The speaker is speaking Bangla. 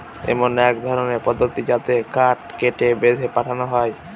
এমন এক ধরনের পদ্ধতি যাতে কাঠ কেটে, বেঁধে পাঠানো হয়